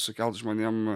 sukelt žmonėm